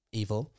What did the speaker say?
evil